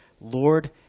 Lord